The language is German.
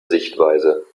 sichtweise